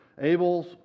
Abel's